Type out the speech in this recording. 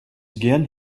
again